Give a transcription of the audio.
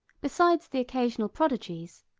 besides the occasional prodigies,